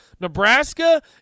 Nebraska